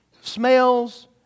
Smells